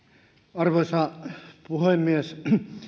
arvoisa puhemies